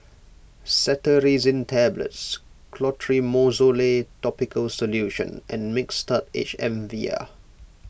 Cetirizine Tablets Clotrimozole Topical Solution and Mixtard H M vial